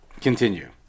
continue